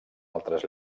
altres